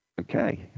Okay